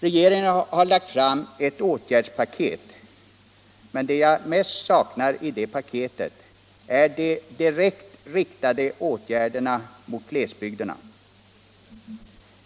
Regeringen har lagt fram ett åtgärdspaket, men det jag mest saknar i det paketet är de mot glesbygderna direkt riktade åtgärderna.